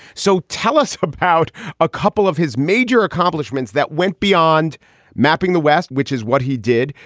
so tell us about a couple of his major accomplishments that went beyond mapping the west, which is what he did,